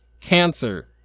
cancer